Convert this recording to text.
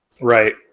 Right